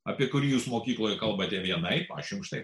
apie kurį jūs mokykloje kalbate vienaip aš jums štai